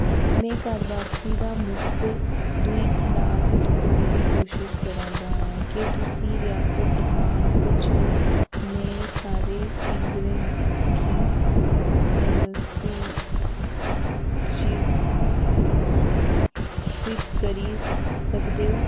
में कॉर्बेवैक्स दा मुख्त दूई खराक तुप्पने दी कोशश करा ना आं क्या तुस रियासत असाम च नेह् सारे केंद्रें गी सू चीबद्ध करी सकदे ओ